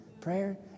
Prayer